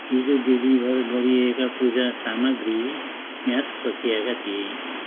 हिजो डेलिभर गरिएका पूजा सामग्री म्याद सकिएका थिए